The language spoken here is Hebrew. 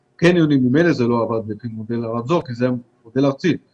קניונים ממילא זה לא עבד לפי מודל הרמזור כי זה מודל ארצי,